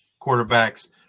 quarterbacks